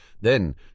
Then